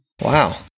Wow